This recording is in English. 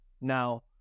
Now